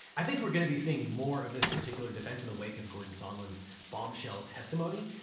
i think we're gonna be seeing more of this particular defense in the wake of gordon sondland's bombshell testimony,